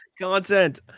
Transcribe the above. Content